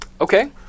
Okay